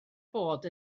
bod